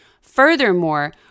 furthermore